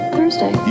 Thursday